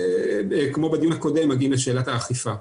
כמו בדיון הקודם, אנחנו מגיעים לשאלת האכיפה.